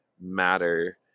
matter